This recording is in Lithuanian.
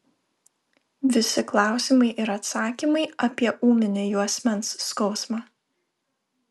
visi klausimai ir atsakymai apie ūminį juosmens skausmą